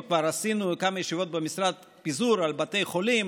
וכבר עשינו כמה ישיבות במשרד: פיזור על בתי חולים,